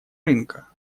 рынка